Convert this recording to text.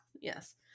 Yes